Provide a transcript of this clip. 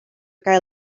gael